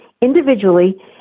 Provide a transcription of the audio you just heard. individually